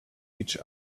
each